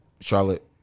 Charlotte